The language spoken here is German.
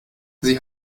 sie